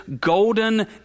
golden